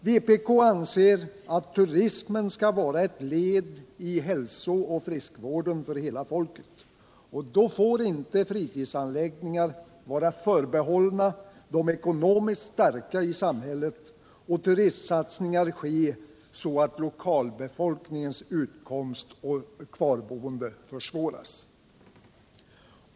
Vpk anser att turismen skall vara ett led i hälsooch friskvården för hela folket. Då får inte fritidsanläggningar vara förbehållna de ekonomiskt starka i samhället och turistsatsningar ske så att lokalbefolkningens utkomst och kvarboende försvåras.